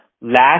Last